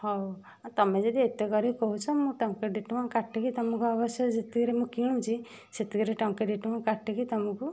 ହଉ ତମେ ଯଦି ଏତେ କରିକି କହୁଛ ମୁଁ ଟଙ୍କେ ଦୁଇ ଟଙ୍କା କାଟିକି ତମକୁ ଅବଶ୍ୟ ଯେତିକିରେ ମୁଁ କିଣୁଛି ସେତିକିରେ ଟଙ୍କେ ଦୁଇ ଟଙ୍କା କାଟିକି ତମୁକୁ